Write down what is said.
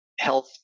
health